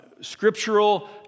scriptural